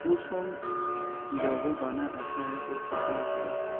وہ سانگ یا وہ گانا ایسا ہے کہ اسے سن کے